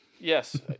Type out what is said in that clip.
Yes